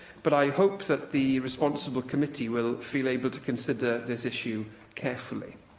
but i hope that the responsible committee will feel able to consider this issue carefully.